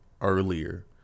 earlier